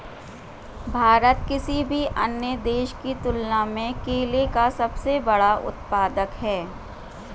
भारत किसी भी अन्य देश की तुलना में केले का सबसे बड़ा उत्पादक है